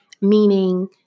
meaning